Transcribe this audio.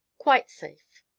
quite safe!